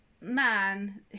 man